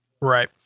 Right